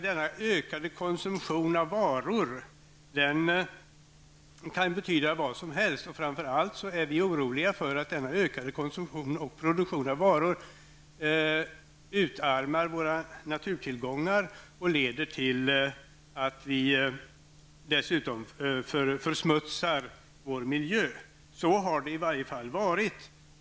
Denna ökade konsumtion av varor kan betyda vad som helst. Framför allt är vi oroliga för att denna ökade konsumtion och produktion av varor utarmar våra naturtillgångar och leder till att vi dessutom försmutsar vår miljö. Så har det varit.